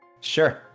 Sure